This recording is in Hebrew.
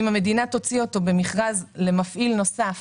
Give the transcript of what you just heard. אם המדינה תוציא אותו במכרז למפעיל נוסף